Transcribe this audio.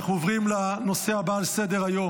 אנחנו עוברים לנושא הבא על סדר-היום,